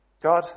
God